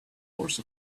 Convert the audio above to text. course